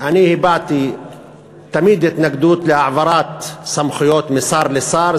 אני הבעתי תמיד התנגדות להעברת סמכויות משר לשר.